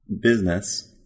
business